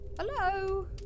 Hello